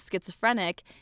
schizophrenic